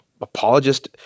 apologist